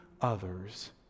others